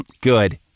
good